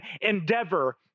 endeavor